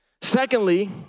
Secondly